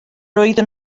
oeddwn